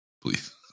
Please